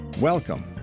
Welcome